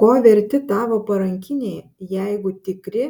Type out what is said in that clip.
ko verti tavo parankiniai jeigu tikri